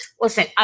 listen